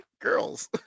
girls